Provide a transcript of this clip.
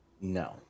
No